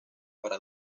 para